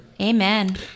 Amen